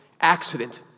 accident